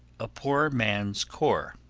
a poor man's core.